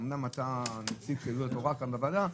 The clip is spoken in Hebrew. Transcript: אומנם אתה נציג של יהדות התורה כאן בוועדה,